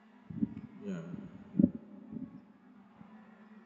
ya